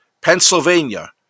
Pennsylvania